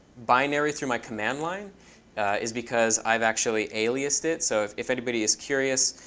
binary through my command line is because i've actually aliased it. so if if anybody is curious,